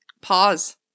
pause